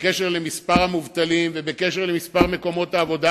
בקשר למספר המובטלים ובקשר למספר מקומות העבודה